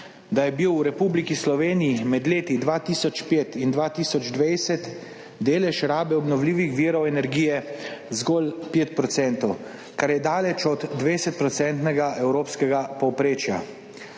da je bil v Republiki Sloveniji med leti 2005 in 2020 delež rabe obnovljivih virov energije zgolj 5-odstotni, kar je daleč od 20-odstotnega evropskega povprečja.